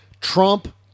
Trump